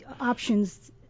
options